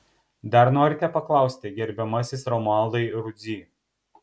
dar norite paklausti gerbiamasis romualdai rudzy